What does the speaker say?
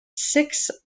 six